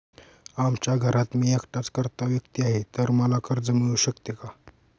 आमच्या घरात मी एकटाच कर्ता व्यक्ती आहे, तर मला कर्ज मिळू शकते का?